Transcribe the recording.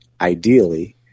ideally